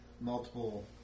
multiple